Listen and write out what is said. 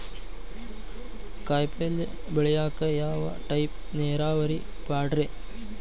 ಕಾಯಿಪಲ್ಯ ಬೆಳಿಯಾಕ ಯಾವ ಟೈಪ್ ನೇರಾವರಿ ಪಾಡ್ರೇ?